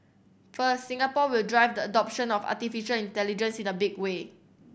first Singapore will drive the adoption of artificial intelligence in a big way